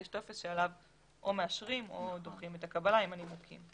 יש טופס שעליו או מאשרים או דוחים את הקבלה עם הנימוקים.